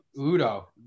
Udo